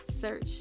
search